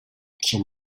some